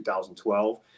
2012